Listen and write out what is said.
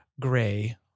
gray